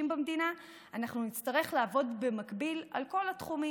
במדינה אנחנו נצטרך לעבוד במקביל על כל התחומים,